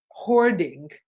hoarding